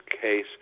case